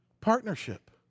Partnership